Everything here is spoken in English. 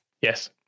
Yes